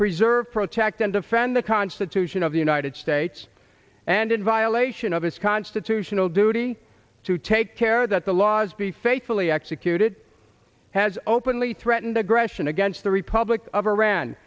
preserve protect and defend the constitution of the united states and in violation of his constitutional duty to take care that the laws be faithfully executed has openly threatened aggression against the republic of iran